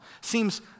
seems